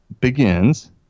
begins